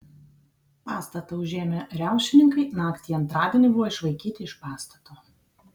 pastatą užėmę riaušininkai naktį į antradienį buvo išvaikyti iš pastato